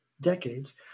decades